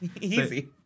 Easy